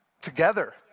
together